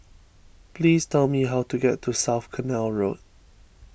please tell me how to get to South Canal Road